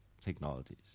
technologies